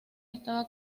estaba